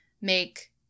make